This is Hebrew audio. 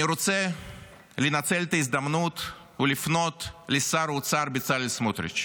אני רוצה לנצל את ההזדמנות ולפנות לשר האוצר בצלאל סמוטריץ':